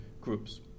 groups